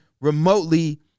remotely